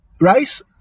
Rice